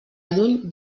lluny